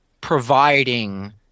providing